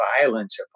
violence